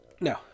No